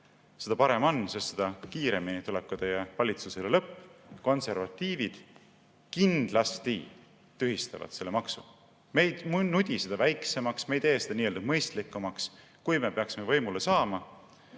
seda parem on, sest seda kiiremini tuleb ka teie valitsusele lõpp. Konservatiivid kindlasti tühistavad selle maksu, me ei nudi seda väiksemaks, me ei tee seda mõistlikumaks. Kui me peaksime võimule saama